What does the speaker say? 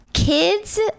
Kids